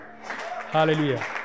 Hallelujah